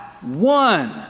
one